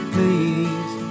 Please